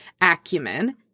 acumen